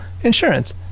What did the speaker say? insurance